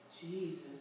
Jesus